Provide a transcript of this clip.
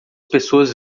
pessoas